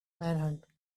manhunt